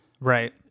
Right